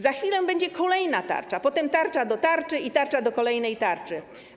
Za chwilę będzie kolejna tarcza, potem tarcza do tarczy i tarcza do kolejnej tarczy.